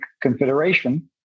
confederation